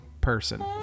person